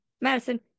Madison